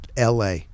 LA